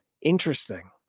Interesting